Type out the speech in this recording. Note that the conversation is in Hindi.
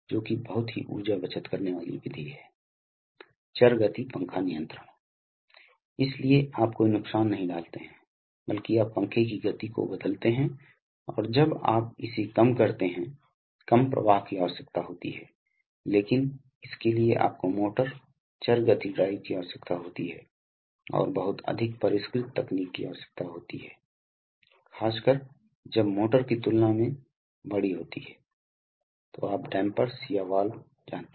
रोटरी कंप्रेशर्स के लिए आप या तो वेन टाइप जानते हैं जहाँ जैसा कि हमने हाइड्रोलिक्स के मामले में भी देखा है हमने वेन टाइप पंप देखे हैं जहाँ पर एक कैविटी के अंदर फलक की घूर्णी गति बस जब वेन चलती है हवा को इनलेट से सक किया जाता है और उस हवा को वापस उच्च दबाव पर आउटलेट में स्थानांतरित किया जाता है